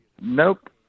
nope